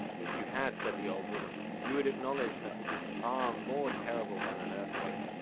if you had, said the old woman, you would acknowledge that it is far more terrible than an earthquake.